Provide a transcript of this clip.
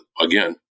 again